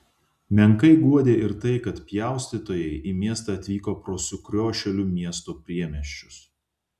menkai guodė ir tai kad pjaustytojai į miestą atvyko pro sukriošėlių miesto priemiesčius